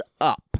up